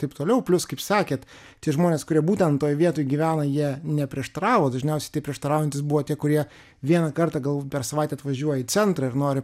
taip toliau plius kaip sakėt tie žmonės kurie būtent toj vietoj gyvena jie neprieštaravo dažniausiai tai prieštaraujantys buvo tie kurie vieną kartą gal per savaitę atvažiuoja į centrą ir nori